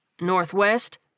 Northwest